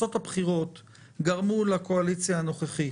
תוצאות הבחירות גרמו לקואליציה הנוכחית